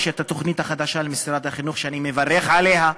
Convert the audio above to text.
יש תוכנית חדשה למשרד החינוך שאני מברך עליה,